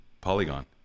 Polygon